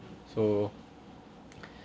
so